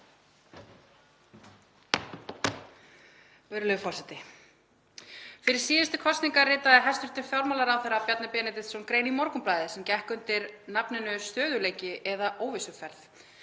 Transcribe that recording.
Fyrir síðustu kosningar ritaði hæstv. fjármálaráðherra Bjarni Benediktsson grein í Morgunblaðið sem gekk undir nafninu „Stöðugleiki eða óvissuferð“.